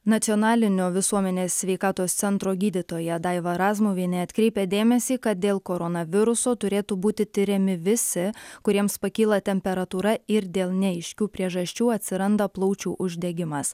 nacionalinio visuomenės sveikatos centro gydytoja daiva razmuvienė atkreipia dėmesį kad dėl koronaviruso turėtų būti tiriami visi kuriems pakyla temperatūra ir dėl neaiškių priežasčių atsiranda plaučių uždegimas